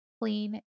clean